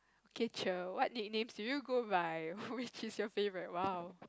ok chill what nicknames do you go by which is your favourite !wow!